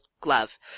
glove